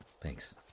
Thanks